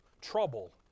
trouble